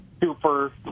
super